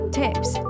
tips